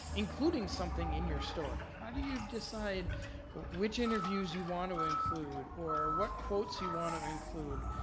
including something in your story? how do you decide which interviews you want to include? or what quotes you want to include?